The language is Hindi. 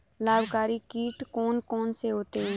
लाभकारी कीट कौन कौन से होते हैं?